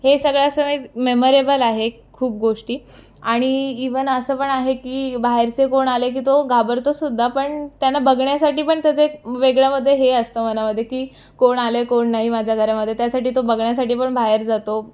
हे सगळं असं मेमरेबल आहे खूप गोष्टी आणि इव्हन असं पण आहे की बाहेरचे कोण आले की तो घाबरतोसुद्धा पण त्यांना बघण्यासाठी पण त्याचं एक वेगळ्यामध्ये हे असतं मनामध्ये की कोण आलं कोण नाही माझ्या घरामध्ये त्यासाठी तो बघण्यासाठी पण बाहेर जातो